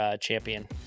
champion